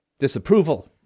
disapproval